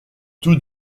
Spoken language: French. tout